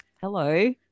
Hello